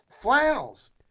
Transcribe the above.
flannels